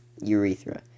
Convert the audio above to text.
urethra